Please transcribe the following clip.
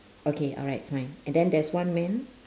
okay alright fine and then there's one man